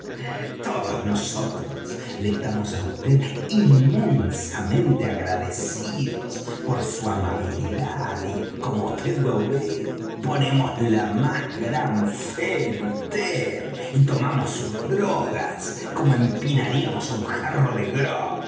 todos nosotros le estamos á vd inmensamente agradecidos por su amabilidad y como vd lo ve ponemos la más gran fe en vd y tomamos sus drogas como empinaríamos un jarro de grog